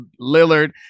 Lillard